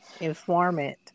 informant